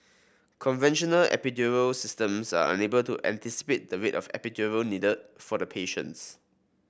conventional epidural systems are unable to anticipate the rate of epidural needed for the patients